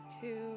two